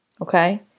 okay